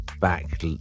back